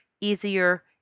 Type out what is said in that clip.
easier